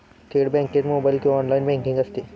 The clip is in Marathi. थेट बँकेत मोबाइल किंवा ऑनलाइन बँकिंग असते